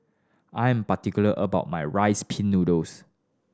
I'm particular about my Rice Pin Noodles